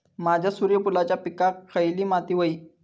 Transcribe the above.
माझ्या सूर्यफुलाच्या पिकाक खयली माती व्हयी?